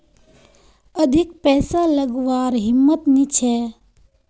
अधिक पैसा लागवार हिम्मत नी छे